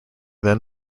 then